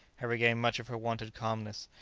had regained much of her wonted calmness,